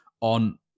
on